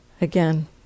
Again